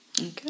Okay